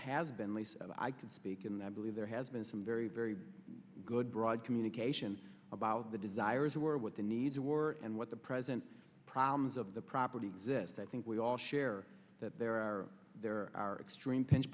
has been lisa and i can speak and i believe there has been some very very good broad communication about the desires of where what the needs are were and what the present problems of the property exist i think we all share that there are there are extreme pinch